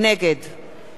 נגד